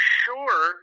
sure